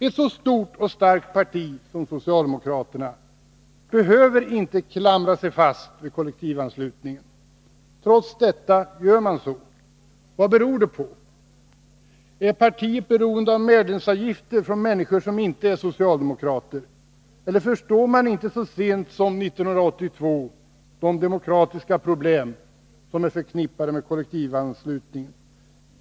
Ett så stort och starkt parti som det socialdemokratiska behöver inte klamra sig fast vid kollektivanslutning. Trots detta gör man så. Vad beror det på? Är partiet beroende av medlemsavgifter från människor som inte är socialdemokrater, eller förstår man inte ens år 1982 de demokratiska problem som är förknippade med kollektivanslutning?